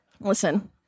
Listen